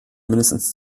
mindestens